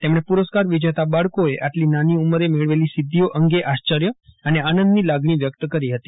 તેમફો પુરસ્કાર વિજેતા બાળકોએ આટલી નાની ઉમરે મેળવેલી સિધ્ધિઓ અંગે આશ્વર્ય અને આનંદની લાગણી વ્યક્ત કરી હતી